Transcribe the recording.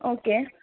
okay